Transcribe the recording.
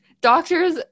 doctors